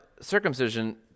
circumcision